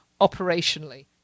operationally